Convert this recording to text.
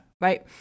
right